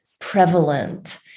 Prevalent